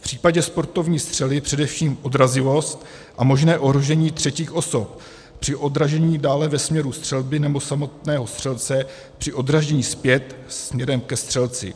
V případě sportovní střely především odrazivost a možné ohrožení třetích osob při odražení dále ve směru střelby nebo samotného střelce při odražení zpět směrem ke střelci.